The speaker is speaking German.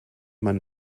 man